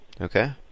Okay